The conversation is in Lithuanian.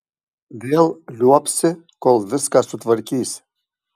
vėl liuobsi kol viską sutvarkysi